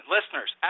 Listeners